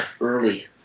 early